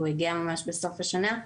הוא הגיע ממש בסוף השנה,